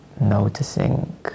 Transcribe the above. noticing